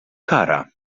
kara